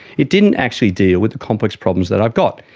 it didn't actually deal with the complex problems that i've got.